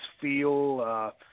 feel